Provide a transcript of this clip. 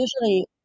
usually